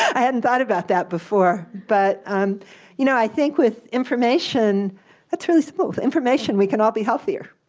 i hadn't thought about that before, but um you know i think with information that's really smooth information, we can all be healthier.